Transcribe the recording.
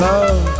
Love